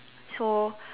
so